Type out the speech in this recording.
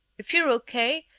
if you're okay,